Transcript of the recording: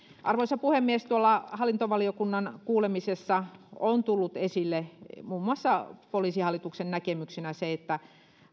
arvoisa puhemies tuolla hallintovaliokunnan kuulemisessa on tullut esille muun muassa poliisihallituksen näkemyksenä se että